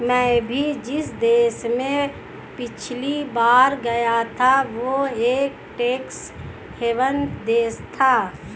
मैं भी जिस देश में पिछली बार गया था वह एक टैक्स हेवन देश था